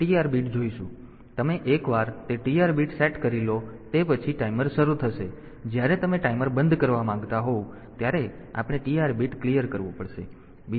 તેથી તમે એકવાર તે TR બિટ સેટ કરી લો તે પછી ટાઈમર શરૂ થશે અને જ્યારે તમે ટાઈમર બંધ કરવા માંગતા હોવ ત્યારે આપણે TR બીટ ક્લિઅર કરવું પડશે